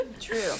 true